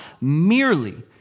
merely